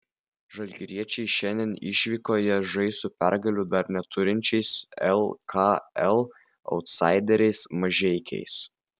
žalgiriečiai šiandien išvykoje žais su pergalių dar neturinčiais lkl autsaideriais mažeikiais